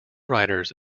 writers